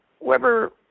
Weber